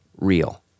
real